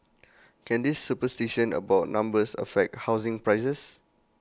can this superstition about numbers affect housing prices